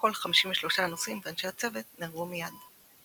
כל 53 הנוסעים ואנשי הצוות נהרגו מיד.